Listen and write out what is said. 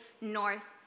north